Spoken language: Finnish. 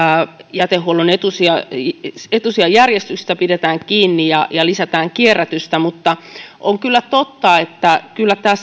jätehuollon etusijajärjestyksestä etusijajärjestyksestä pidetään kiinni ja ja lisätään kierrätystä mutta on kyllä totta että kyllä tämä